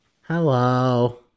Hello